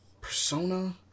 Persona